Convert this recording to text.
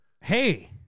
Hey